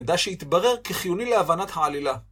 מידע שהתברר כחיוני להבנת העלילה.